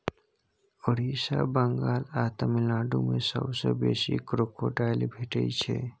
ओड़िसा, बंगाल आ तमिलनाडु मे सबसँ बेसी क्रोकोडायल भेटै छै